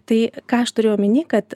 tai ką aš turiu omeny kad